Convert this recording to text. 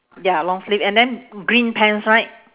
ya long sleeve and then green pants right